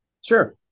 Sure